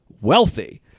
wealthy